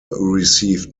received